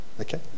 okay